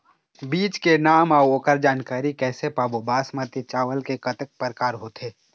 बीज के नाम अऊ ओकर जानकारी कैसे पाबो बासमती चावल के कतेक प्रकार होथे?